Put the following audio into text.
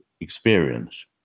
experience